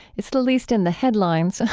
it's the least in the headlines,